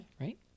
right